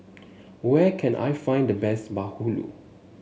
where can I find the best Bahulu